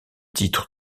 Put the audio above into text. titre